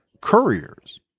couriers